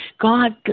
God